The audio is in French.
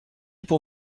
pour